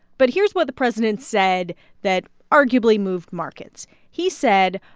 but here's what the president said that arguably moved markets he said,